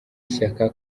ishaka